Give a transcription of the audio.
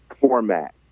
format